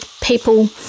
people